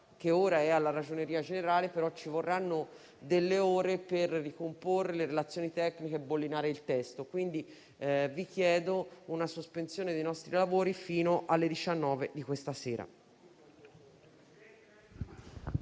che ora è alla Ragioneria generale dello Stato, ma ci vorranno delle ore per ricomporre le relazioni tecniche e bollinare il testo. Chiedo pertanto una sospensione dei lavori fino alle ore 19 di questa sera.